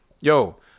Yo